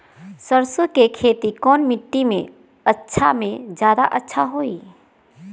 सरसो के खेती कौन मिट्टी मे अच्छा मे जादा अच्छा होइ?